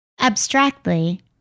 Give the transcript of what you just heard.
abstractly